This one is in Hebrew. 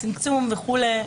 צמצום וכו'.